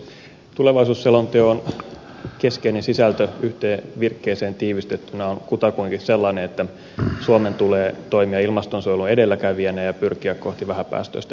tulevaisuusselonteon keskeinen sisältö yhteen virkkeeseen tiivistettynä on kutakuinkin sellainen että suomen tulee toimia ilmastonsuojelun edelläkävijänä ja pyrkiä kohti vähäpäästöistä yhteiskuntaa